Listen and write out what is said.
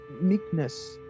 meekness